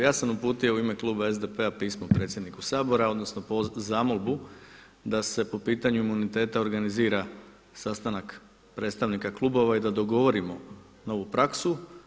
Ja sam uputio u ime kluba SDP-a pismo predsjedniku Sabora odnosno zamolbu da se po pitanju imuniteta organizira sastanak predstavnika klubova i da dogovorimo novu praksu.